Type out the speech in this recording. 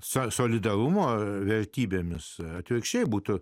solidarumo vertybėmis atvirkščiai būtų